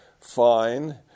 fine